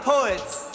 Poets